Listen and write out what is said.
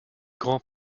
grand